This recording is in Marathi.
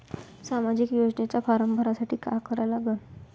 सामाजिक योजनेचा फारम भरासाठी का करा लागन?